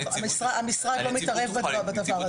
המשרד לא מתערב בדבר הזה.